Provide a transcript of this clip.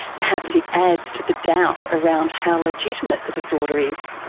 perhaps it adds to the doubt around how legitimate the disorder is.